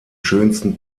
schönsten